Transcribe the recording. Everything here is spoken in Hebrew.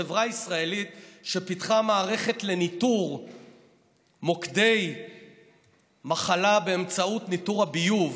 חברה ישראלית שפיתחה מערכת לניטור מוקדי מחלה באמצעות ניטור הביוב.